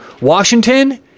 Washington